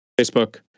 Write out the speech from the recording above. Facebook